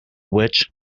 witch